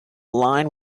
line